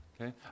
Okay